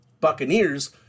Buccaneers